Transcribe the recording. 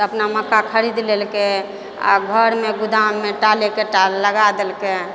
तऽ अपना मक्का खरीद लेलकै आ घरमे गोदाममे टाले के टाल लगा देलकै